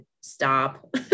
stop